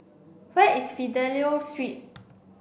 where is Fidelio Street